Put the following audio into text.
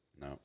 No